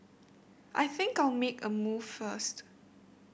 I think I'll make a move first